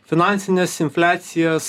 finansines infliacijas